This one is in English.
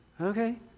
okay